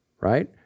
Right